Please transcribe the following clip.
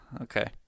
Okay